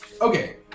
Okay